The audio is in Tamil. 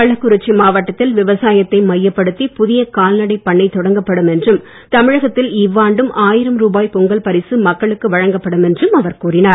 கள்ளக்குறிச்சி மாவட்டத்தில் விவசாயத்தை மையப்படுத்தி புதிய கால்நடை பண்ண தொடங்கப்படும் என்றும் தமிழகத்தில் இவ்வாண்டும் ஆயிரம் ரூபாய் பொங்கல் பரிசு மக்களுக்கு வழங்கப்படும் என்றும் அவர் கூறினார்